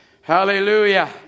Hallelujah